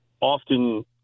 often